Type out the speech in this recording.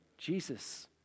Jesus